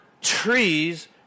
trees